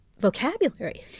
vocabulary